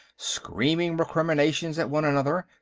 screaming recriminations at one another.